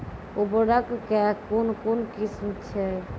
उर्वरक कऽ कून कून किस्म छै?